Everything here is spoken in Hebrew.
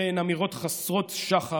אלה הן אמירות חסרות שחר,